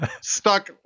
stuck